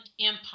Empire